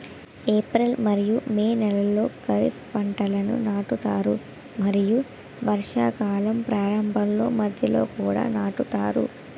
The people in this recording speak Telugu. ఏప్రిల్ మరియు మే నెలలో ఖరీఫ్ పంటలను నాటుతారు మరియు వర్షాకాలం ప్రారంభంలో మధ్యలో కూడా నాటుతారు